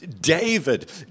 David